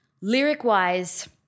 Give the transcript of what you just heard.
Lyric-wise